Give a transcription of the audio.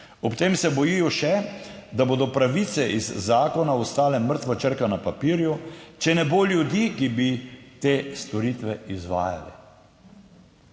Ob tem se bojijo še, da bodo pravice iz zakona ostale mrtva črka na papirju, če ne bo ljudi, ki bi te storitve izvajali.